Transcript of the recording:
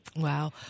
Wow